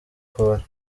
kubara